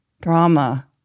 drama